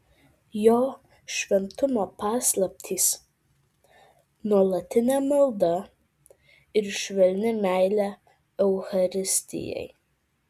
jo šventumo paslaptys nuolatinė malda ir švelni meilė eucharistijai